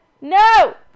No